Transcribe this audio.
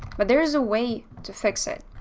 but there is a way to fix it.